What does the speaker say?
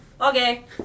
Okay